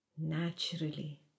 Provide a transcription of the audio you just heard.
naturally